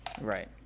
Right